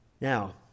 Now